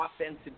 offensive